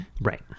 Right